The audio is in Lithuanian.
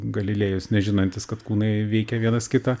galilėjus nežinantis kad kūnai veikia vienas kitą